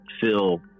feel